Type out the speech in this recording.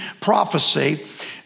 prophecy